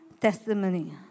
testimony